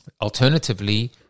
Alternatively